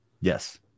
Yes